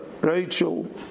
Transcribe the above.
Rachel